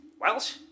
Welsh